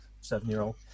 seven-year-old